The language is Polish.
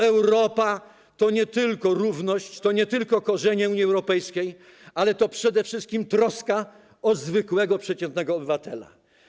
Europa to nie tylko równość, to nie tylko korzenie Unii Europejskiej, ale to przede wszystkim troska o zwykłego, przeciętnego obywatela.